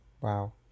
Wow